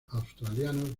australianos